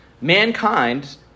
Mankind